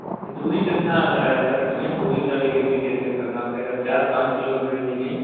दूरी कितना है सर इसमें दूरी का डिलीवरी जैसे करना पड़ेगा चार पाँच किलो रेंज में